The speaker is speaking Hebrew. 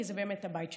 כי זה באמת הבית שלהם.